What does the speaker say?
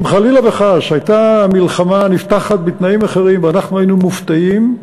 אם חלילה וחס הייתה המלחמה נפתחת בתנאים אחרים ואנחנו היינו מופתעים,